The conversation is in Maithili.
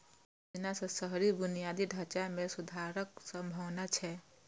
एहि योजना सं शहरी बुनियादी ढांचा मे सुधारक संभावना छै